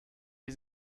wir